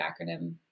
acronym